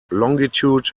longitude